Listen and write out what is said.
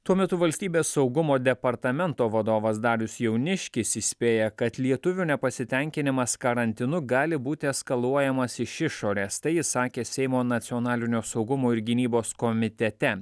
tuo metu valstybės saugumo departamento vadovas darius jauniškis įspėja kad lietuvių nepasitenkinimas karantinu gali būti eskaluojamas iš išorės tai jis sakė seimo nacionalinio saugumo ir gynybos komitete